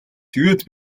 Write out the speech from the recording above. тэгээд